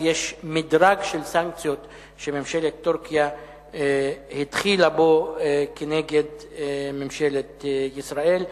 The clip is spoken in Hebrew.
יש מדרג של סנקציות שממשלת טורקיה התחילה בו כנגד ממשלת ישראל.